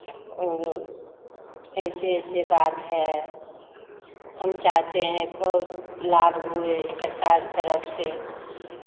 और ऐसे ऐसे बात है हम चाहते हैं और लाभ हुए सरकार तरफ से